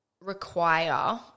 require